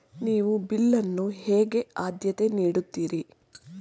ನೀವು ಬಿಲ್ ಅನ್ನು ಹೇಗೆ ಆದ್ಯತೆ ನೀಡುತ್ತೀರಿ?